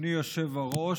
אדוני היושב-ראש,